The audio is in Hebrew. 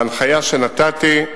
ההנחיה שנתתי,